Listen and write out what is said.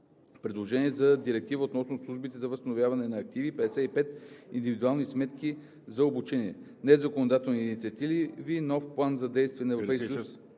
Предложение за директива относно службите за възстановяване на активи. 55. Индивидуални сметки за обучение. Незаконодателни инициативи 56. Нов план за действие на